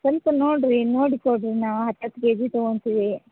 ಸ್ವಲ್ಪ ನೋಡಿರಿ ನೋಡಿ ಕೊಡ್ರಿ ನಾವು ಹತ್ತು ಹತ್ತು ಕೆ ಜಿ ತೊಗೊಳ್ತೀವಿ